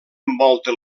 envolta